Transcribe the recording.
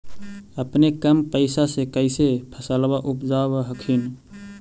अपने कम पैसा से कैसे फसलबा उपजाब हखिन?